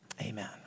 Amen